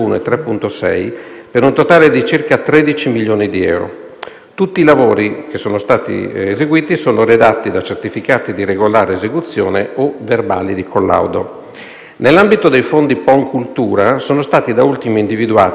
tutti i lavori eseguiti sono redatti certificati di regolare esecuzione o verbali di collaudo. Nell'ambito dei fondi PON cultura sono stati da ultimo individuati anche ulteriori 2 milioni di euro, di